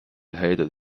hated